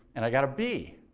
and i got a b.